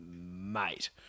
mate